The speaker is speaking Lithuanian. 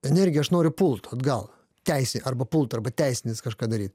energija aš noriu pult atgal teisei arba pult arba teisintis kažką daryt